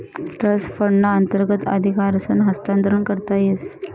trust फंडना अंतर्गत अधिकारसनं हस्तांतरण करता येस